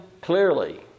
clearly